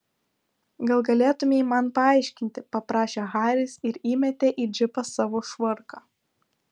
gal galėtumei man paaiškinti paprašė haris ir įmetė į džipą savo švarką